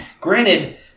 Granted